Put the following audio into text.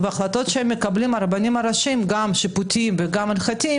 והחלטות שמקבלים הרבנים הראשיים גם שיפוטיות וגם הלכתיות